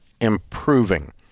improving